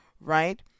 right